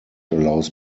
allows